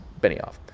Benioff